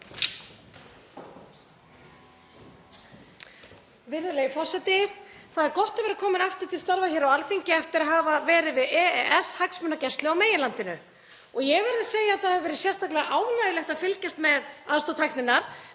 Virðulegi forseti. Það er gott að vera komin aftur til starfa hér á Alþingi eftir að hafa verið við EES-hagsmunagæslu á meginlandinu. Ég verð að segja að það hefur verið sérstaklega ánægjulegt að fylgjast með, með aðstoð tækninnar,